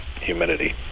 humidity